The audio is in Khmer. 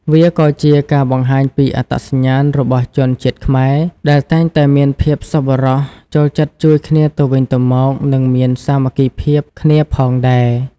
វាក៏ជាការបង្ហាញពីអត្តសញ្ញាណរបស់ជនជាតិខ្មែរដែលតែងតែមានភាពសប្បុរស ចូលចិត្តជួយគ្នាទៅវិញទៅមក និងមានសាមគ្គីភាពគ្នាផងដែរ។